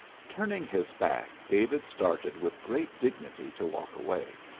turning his back david started with great dignity to walk away.